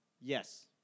Yes